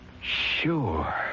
Sure